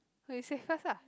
oh you save first lah